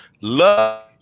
Love